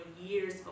years